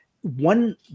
one